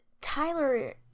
Tyler